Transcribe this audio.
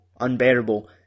Unbearable